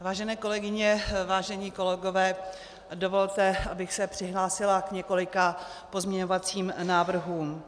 Vážené kolegyně, vážení kolegové, dovolte, abych se přihlásila k několika pozměňovacím návrhům.